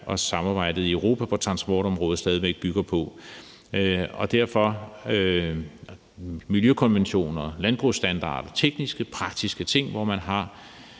som samarbejdet i Europa på transportområdet stadig væk bygger på. Det drejer sig derfor om miljøkonventioner, landbrugsstandarder, tekniske og praktiske ting, hvor man har